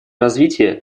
развития